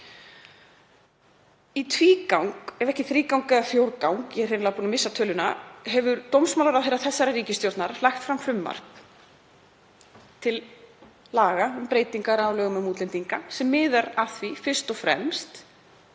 Í tvígang ef ekki þrígang eða fjórgang, ég er hreinlega búin að týna tölunni, hefur dómsmálaráðherra þessarar ríkisstjórnar lagt fram frumvarp til laga um breytingar á lögum um útlendinga sem miðar fyrst og fremst